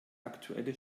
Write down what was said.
aktuelle